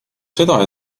seda